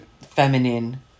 feminine